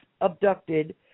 abducted